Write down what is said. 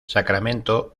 sacramento